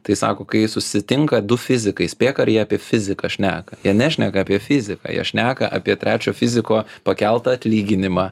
tai sako kai susitinka du fizikai spėk ar jie apie fiziką šneka jie nešneka apie fiziką jie šneka apie trečio fiziko pakeltą atlyginimą